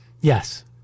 Yes